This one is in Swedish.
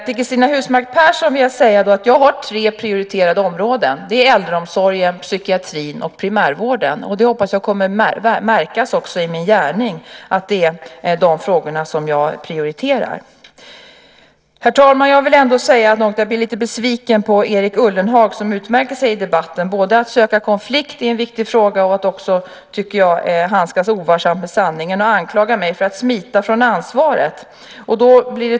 Till Cristina Husmark Pehrsson vill jag säga att jag har tre prioriterade områden. De är äldreomsorgen, psykiatrin och primärvården. Jag hoppas att det också kommer att märkas i min gärning att det är de frågorna som jag prioriterar. Herr talman! Jag blir lite besviken på Erik Ullenhag, som utmärker sig i debatten både genom att söka konflikt i en viktig fråga och genom att handskas ovarsamt med sanningen. Han anklagar mig för att smita från ansvaret.